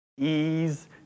ease